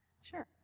Sure